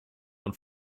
und